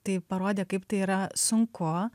tai parodė kaip tai yra sunku